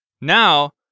Now